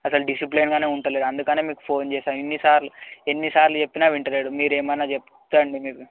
అసలు డిసిప్లేన్గా ఉంటలేడు అందుకని మీకు ఫోన్ చేసాం ఇన్నిసార్లు ఎన్నిసార్లు చెప్పిన వింటలేడు మీరు ఏమైన చెప్పండి మీరు